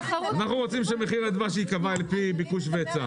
אנחנו רוצים שמחיר הדבש ייקבע על פי ביקוש והיצע.